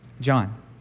John